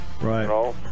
Right